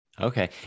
okay